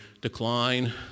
decline